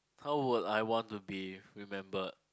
how would I want to be remembered